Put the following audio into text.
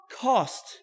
cost